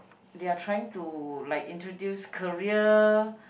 they are trying to like introduce career